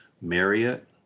marriott